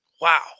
Wow